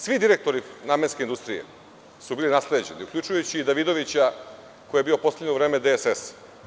Svi direktori namenske industrije su bili nasleđeni, uključujući i Davidovića, koji je bio postavljen u vreme DSS.